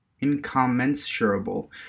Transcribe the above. incommensurable